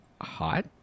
hot